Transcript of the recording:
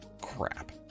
crap